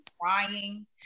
crying